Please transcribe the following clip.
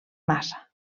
massa